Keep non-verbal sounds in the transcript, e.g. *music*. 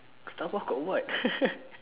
Starbucks got what *noise*